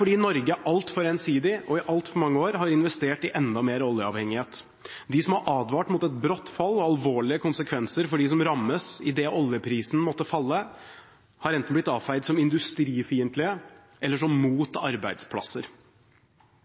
fordi Norge er altfor ensidig og i altfor mange år har investert i enda mer oljeavhengighet. De som har advart mot et brått fall og alvorlige konsekvenser for dem som rammes idet oljeprisen måtte falle, har enten blitt avfeid som industrifiendtlige eller som